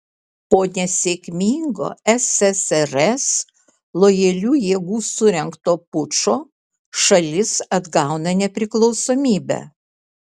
po nesėkmingo ssrs lojalių jėgų surengto pučo šalis atgauna nepriklausomybę